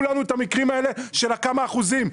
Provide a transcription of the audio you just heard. לנו את המקרים האלה של הכמה אחוזים.